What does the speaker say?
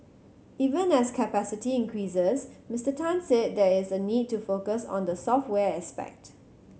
even as capacity increases Mister Tan said there is a need to focus on the software aspect